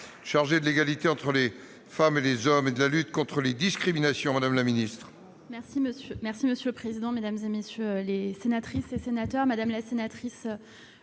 chargée de l'égalité entre les femmes et les hommes et de la lutte contre les discriminations. Je vous